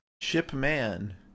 Shipman